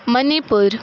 Manipur